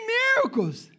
miracles